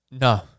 no